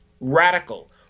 radical